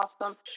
awesome